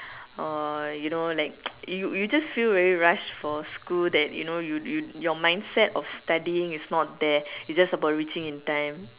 or you know like you you just feel very rushed for school that you know you you your mindset of studying is not there it's just about reaching in time